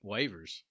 Waivers